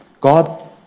God